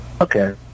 Okay